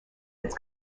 its